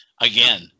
again